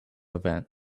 event